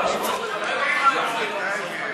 אבל בשביל זה יש קריאה שנייה ושלישית.